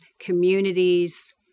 communities